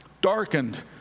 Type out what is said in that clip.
darkened